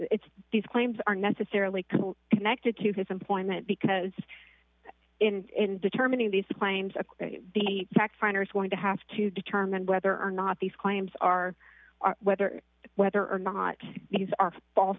it's these claims are necessarily connected to his employment because in determining these claims of the fact finders want to have to determine whether or not these claims are are whether whether or not these are false